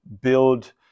build